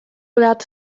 lat